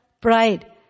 pride